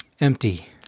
empty